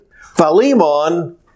Philemon